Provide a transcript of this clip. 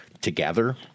together